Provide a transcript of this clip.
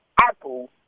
Apple